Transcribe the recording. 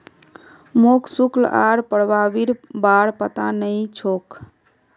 मोक शुल्क आर प्रभावीर बार पता नइ छोक